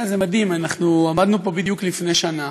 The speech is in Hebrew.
זה מדהים, אנחנו עמדנו פה בדיוק לפני שנה,